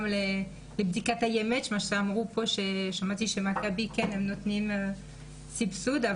לבדיקת AMH. שמעתי שמכבי נותנים סבסוד,